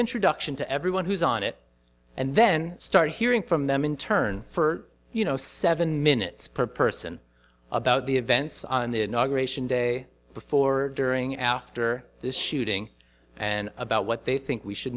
introduction to everyone who's on it and then start hearing from them in turn for you know seven minutes per person about the events on the inauguration day before during after this shooting and about what they think we should